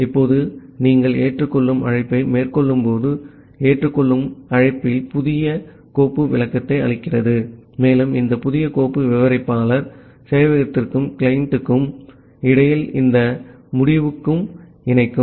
இப்போது இங்கே நீங்கள் ஏற்றுக்கொள்ளும் அழைப்பை மேற்கொள்ளும்போது ஏற்றுக்கொள்ளும் அழைப்பில் இது புதிய கோப்பு விளக்கத்தை அளிக்கிறது மேலும் இந்த புதிய கோப்பு விவரிப்பாளர் சேவையகத்திற்கும் கிளையனுக்கும் இடையில் இந்த முடிவுக்கு முடிவுக்கு இணைக்கும்